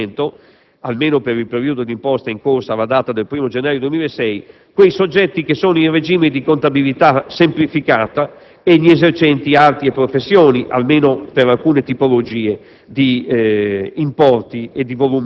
nel senso di esonerare da questo adempimento, per il periodo di imposta in corso alla data del 1° gennaio 2006, i soggetti in regime di contabilità semplificata e gli esercenti arti e professioni, almeno per alcune tipologie